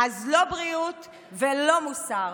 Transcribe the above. לא בריאות ולא מוסר,